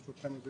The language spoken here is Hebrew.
ברשותכם.